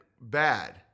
bad